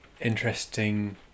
interesting